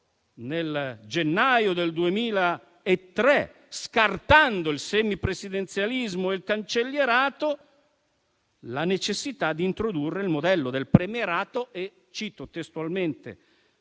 nel gennaio del 2003, scartando il semipresidenzialismo e il cancellierato, la necessità di introdurre il modello del premierato e la scelta